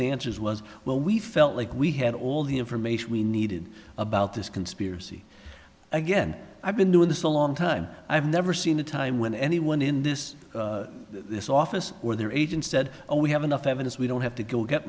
answers was well we felt like we had all the information we needed about this conspiracy again i've been doing this a long time i have never seen a time when anyone in this this office or their agent said oh we have enough evidence we don't have to go get